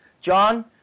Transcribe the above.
John